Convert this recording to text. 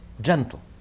Gentle